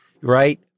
right